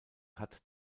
hat